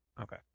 Okay